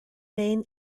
main